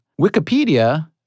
Wikipedia